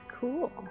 cool